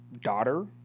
daughter